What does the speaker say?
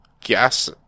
guess